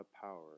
power